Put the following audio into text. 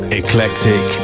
eclectic